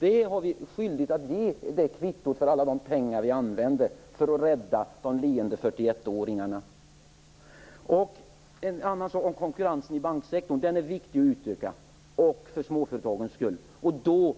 Det kvittot har vi skyldighet att ge på alla de pengar vi använde för att rädda de leende 41 En annan sak är att konkurrensen inom banksektorn är viktig att utöka, för småföretagens skull. Och slår